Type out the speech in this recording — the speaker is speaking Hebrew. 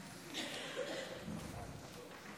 עד